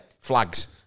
flags